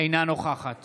אינה נוכחת